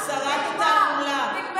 את גזענית, שרת התעמולה, אותי לא שכנעת.